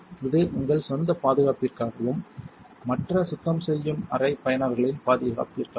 இது உங்கள் சொந்த பாதுகாப்பிற்காகவும் மற்ற சுத்தம் செய்யும் அறை பயனர்களின் பாதுகாப்பிற்காகவும்